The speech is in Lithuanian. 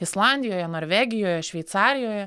islandijoje norvegijoje šveicarijoje